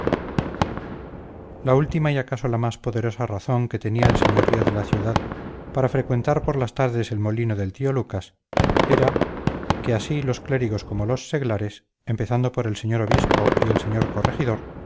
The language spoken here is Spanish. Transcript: la última y acaso la más poderosa razón que tenía el señorío de la ciudad para frecuentar por las tardes el molino del tío lucas era que así los clérigos como los seglares empezando por el señor obispo y el señor corregidor